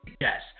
Yes